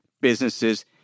businesses